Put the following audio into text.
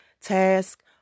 task